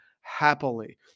happily